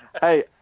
Hey